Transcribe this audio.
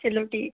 चलो ठीक